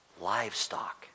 livestock